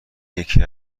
یکی